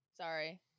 Sorry